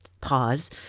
pause